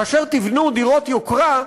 כאשר תבנו דירות יוקרה,